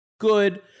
Good